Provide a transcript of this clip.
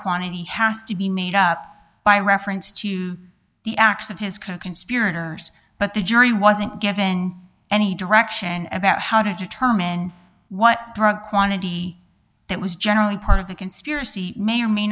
quantity has to be made up by reference to the acts of his coconspirators but the jury wasn't given any direction about how to determine what drug quantity that was generally part of the conspiracy may or may